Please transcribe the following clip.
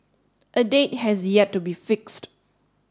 a date has yet to be fixed